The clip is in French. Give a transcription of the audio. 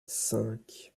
cinq